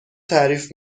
تعریف